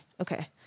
Okay